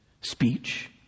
speech